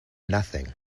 nothing